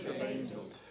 angels